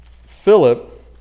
Philip